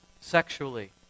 sexually